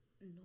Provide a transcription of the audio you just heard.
no